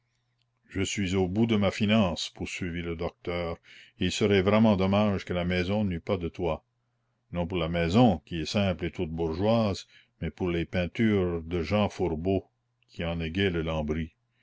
je suis au bout de ma finance poursuivit le docteur et il serait vraiment dommage que la maison n'eût pas de toit non pour la maison qui est simple et toute bourgeoise mais pour les peintures de jehan fourbault qui en égaient